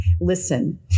listen